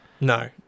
No